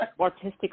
artistic